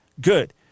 good